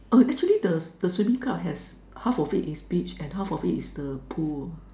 uh actually the the swimming club has half of it's beach and half of it's the pool